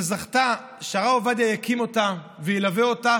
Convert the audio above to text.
שזכתה שהרב עובדיה יקים אותה וילווה אותה,